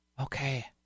Okay